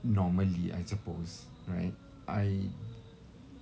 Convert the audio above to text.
normally I suppose right I